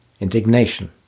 indignation